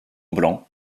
blanc